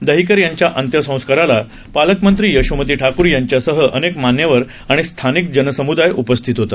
दहिकर यांच्या अंत्यंसंस्काराला पालकमंत्री यशोमती ठाकूर यांच्यासह अनेक मान्यवर आणि स्थानिक जनसम्दाय उपस्थित होता